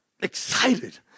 excited